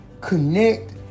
connect